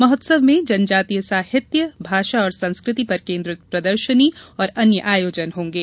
महोत्सव में जनजातीय साहित्य भाषा और संस्कृति पर केंद्रित प्रदर्शनी और अन्य आयोजन होंगे